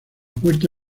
puerta